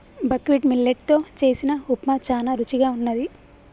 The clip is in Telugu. బక్వీట్ మిల్లెట్ తో చేసిన ఉప్మా చానా రుచిగా వున్నది